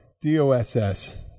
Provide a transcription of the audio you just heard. D-O-S-S